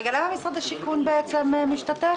למה משרד השיכון משתתף?